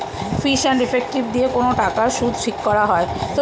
fees and effective দিয়ে কোন টাকার সুদ ঠিক করা হয়